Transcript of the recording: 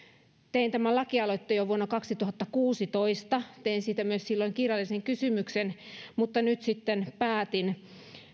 tein tämän lakialoitteen jo vuonna kaksituhattakuusitoista tein siitä myös silloin kirjallisen kysymyksen mutta nyt sitten päätin